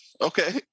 Okay